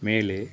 மேலே